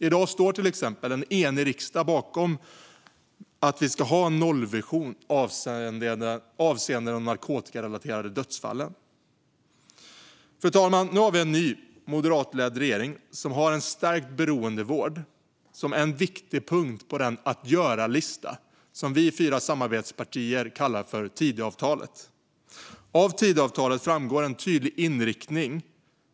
I dag står en enig riksdag bakom att vi ska ha en nollvision avseende narkotikarelaterade dödsfall. Fru talman! Nu har vi en ny moderatledd regering som har en stärkt beroendevård som en viktig punkt på den att göra-lista som vi fyra samarbetspartier kallar Tidöavtalet. Av Tidöavtalet framgår en tydlig inriktning.